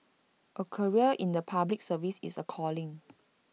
A career in the Public Service is A calling